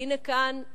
והנה כאן,